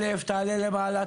תעלה למעלה,